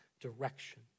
direction